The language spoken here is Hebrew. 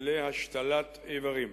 להשתלת איברים.